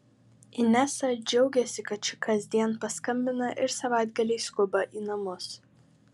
inesa džiaugiasi kad ši kasdien paskambina ir savaitgaliais skuba į namus